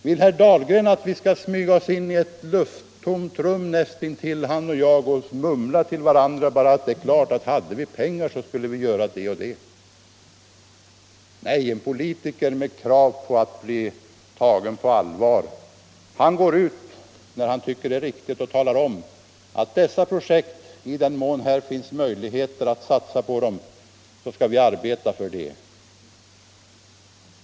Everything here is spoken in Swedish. Vill herr Dahlgren att han och jag skall smyga oss in i ett näst intill lufttomt rum och bara mumla till varandra: Det är klart, hade vi pengar skulle vi göra det och det? Nej, en politiker med krav på att bli tagen på allvar går ut när han tycker det är riktigt och talar om: I den mån det finns möjligheter att satsa på dessa projekt skall vi arbeta för det!